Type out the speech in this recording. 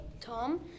Tom